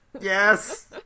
Yes